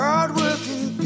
Hardworking